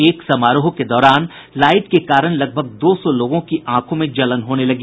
एक समारोह के दौरान लाईट के कारण लगभग दो सौ लोगों की आंखों में जलन होने लगी